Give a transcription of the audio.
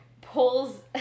pulls